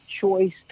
choice